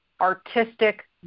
artistic